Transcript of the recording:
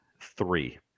three